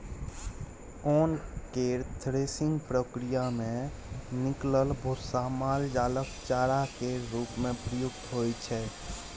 ओन केर थ्रेसिंग प्रक्रिया मे निकलल भुस्सा माल जालक चारा केर रूप मे प्रयुक्त होइ छै